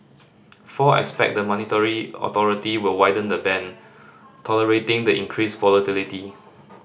four expect the monetary authority will widen the band tolerating the increased volatility